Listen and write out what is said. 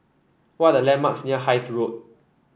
what are the landmarks near Hythe Road